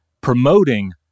promoting